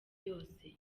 yose